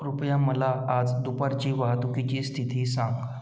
कृपया मला आज दुपारची वाहतुकीची स्थिती सांग